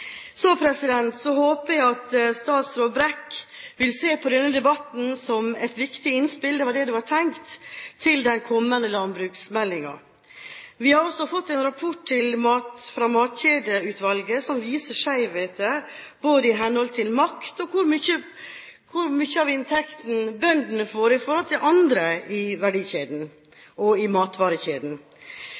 Så håper jeg at statsråd Brekk vil se på denne debatten som et viktig innspill – det var det det var tenkt – til den kommende landbruksmeldingen. Vi har også fått en rapport fra Matkjedeutvalget som viser skjevheter både med hensyn til makt og hvor mye av inntekten bøndene får i forhold til andre i verdikjeden og i matvarekjeden.